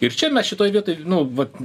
ir čia mes šitoj vietoj nu vat